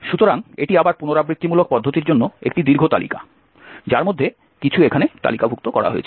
সুতরাং এটি আবার পুনরাবৃত্তিমূলক পদ্ধতির জন্য একটি দীর্ঘ তালিকা যার মধ্যে কিছু এখানে তালিকাভুক্ত করা হয়েছে